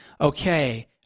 okay